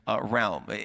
realm